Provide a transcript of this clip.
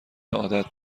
عادت